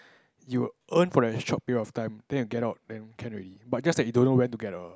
you earn for a short period of time then you get out can already but just that you don't know when to get out